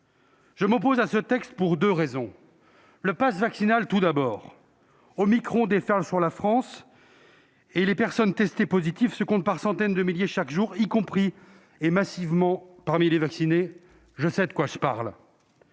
Je m'y oppose, tout d'abord, en raison du passe vaccinal. Le variant omicron déferle sur la France et les personnes testées positives se comptent par centaines de milliers chaque jour, y compris, massivement, parmi les vaccinés - je sais de quoi je parle